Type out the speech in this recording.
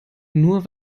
nur